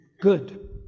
good